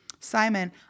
Simon